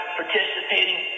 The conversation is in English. participating